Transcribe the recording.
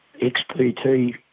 XPT